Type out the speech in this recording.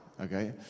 okay